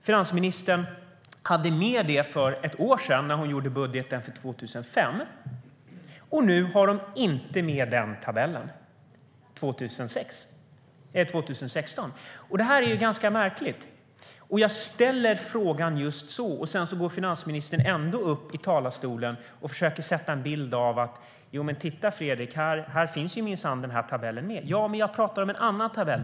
Finansministern hade med detta för ett år sedan, när hon gjorde budgeten för 2015, men nu inför 2016 har hon inte med den tabellen. Det är ju ganska märkligt. Jag ställer frågan just så, och finansministern går ändå upp i talarstolen och försöker måla upp en bild av att tabellen minsann finns med. Ja, men jag pratar om en annan tabell.